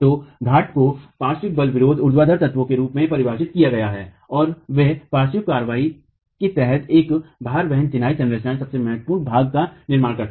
तो घाट को पार्श्व भार विरोध ऊर्ध्वाधर तत्वों के रूप में परिभाषित किया गया है और वे पार्श्व कार्रवाई के तहत एक भार वहन चिनाई संरचना के सबसे महत्वपूर्ण भागों का निर्माण करते हैं